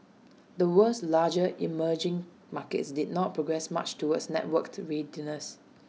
the world's larger emerging markets did not progress much towards networked readiness